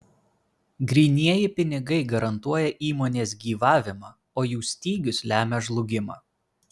grynieji pinigai garantuoja įmonės gyvavimą o jų stygius lemia žlugimą